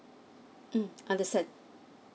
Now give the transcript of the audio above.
mm understand